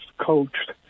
coached